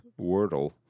Wordle